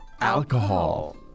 alcohol